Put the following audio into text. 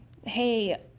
hey